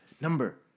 number